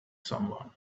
someone